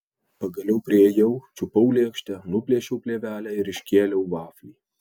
pagaliau priėjau čiupau lėkštę nuplėšiau plėvelę ir iškėliau vaflį